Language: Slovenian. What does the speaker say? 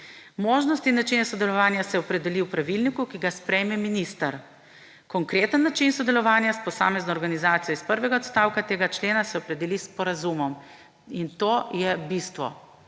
Možnosti in načine sodelovanja se opredeli v pravilniku, ki ga sprejme minister. Konkreten način sodelovanja s posamezno organizacijo iz prvega odstavka tega člena se opredeli s sporazumom,« in to je bistvo.